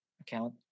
account